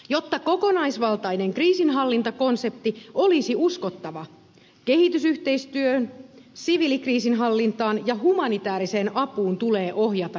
jotta kokonaisvaltainen kriisinhallintakonsepti olisi uskottava kehitysyhteistyöhön siviilikriisinhallintaan ja humanitääriseen apuun tulee ohjata riittävät varat